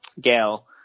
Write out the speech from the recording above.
Gail